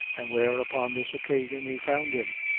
and where, upon this occasion, he found him.